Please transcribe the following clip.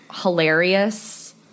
hilarious